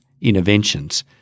interventions